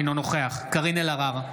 אינו נוכח קארין אלהרר,